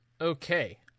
Okay